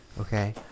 Okay